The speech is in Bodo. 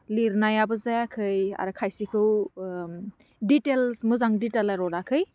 लिरनायाबो जायाखै आरो खायसेखौ दिटेल्स मोजां दिटेल्सा